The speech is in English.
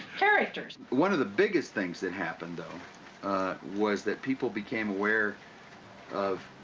characters. one of the biggest things that happened though was that people became aware of